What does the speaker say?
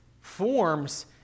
forms